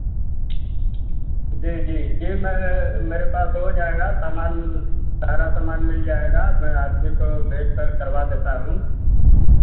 जी जी जी मैं मेरे पास हो जाएगा सामान सारा सामान मिल जाएगा मैं आदमी को भेजकर करवा देता हूँ